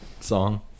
Song